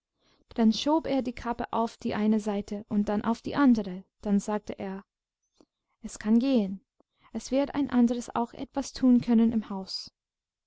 dann schob er die kappe auf die eine seite und dann auf die andere dann sagte er es kann gehen es wird ein anderes auch etwas tun können im haus